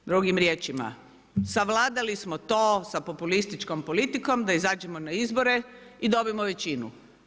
Drugim riječima savladali smo sa populističkom politikom, da izađemo na izbore i dubimo većinu.